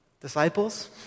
disciples